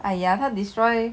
哎呀他 destroy